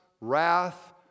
wrath